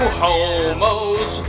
homo's